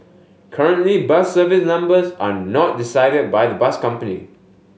currently bus service numbers are not decided by the bus company